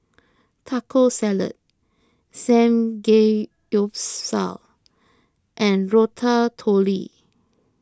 Taco Salad Samgeyopsal and Ratatouille